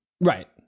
Right